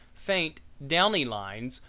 faint, downy lines,